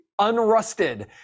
unrusted